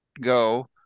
go